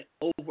over